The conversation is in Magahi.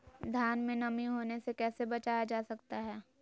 धान में नमी होने से कैसे बचाया जा सकता है?